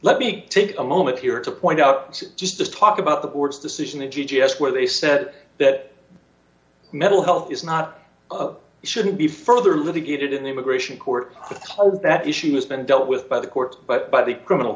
let me take a moment here to point out just to talk about the board's decision in g s where they said that mental health is not shouldn't be further litigated in the immigration court without that issue has been dealt with by the court but by the criminal